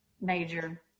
major